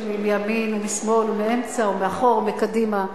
מימין ומשמאל ומאמצע ומאחור ומקדימה,